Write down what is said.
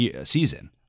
season